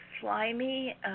slimy